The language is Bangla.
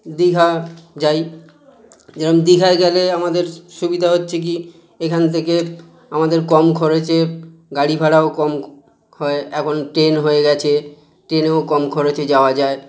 দীঘা যাই যেরম দীঘায় গেলে আমাদের সুবিধা হচ্ছে কী এখান থেকে আমাদের কম খরচে গাড়ি ভাড়াও কম হয় এখন ট্রেন হয়ে গেছে ট্রেনেও কম খরচে যাওয়া যায়